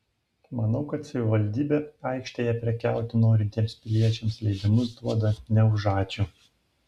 manau kad savivaldybė aikštėje prekiauti norintiems piliečiams leidimus duoda ne už ačiū